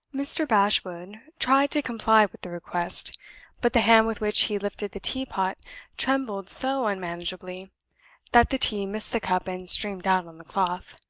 mr. bashwood tried to comply with the request but the hand with which he lifted the teapot trembled so unmanageably that the tea missed the cup and streamed out on the cloth.